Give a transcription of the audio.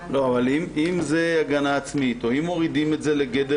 אם זה הגנה עצמית או אם מורידים את זה לגדר